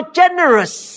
generous